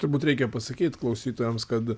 turbūt reikia pasakyt klausytojams kad